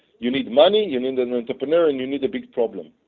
you need money, you need an entrepreneur and you need a big problem.